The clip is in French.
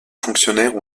fonctionnaires